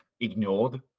ignored